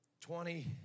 twenty